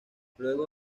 luego